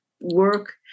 work